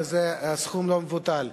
וזה סכום לא מבוטל.